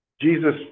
Jesus